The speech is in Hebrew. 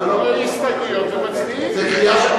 אתה אומר הסתייגויות ומצביעים.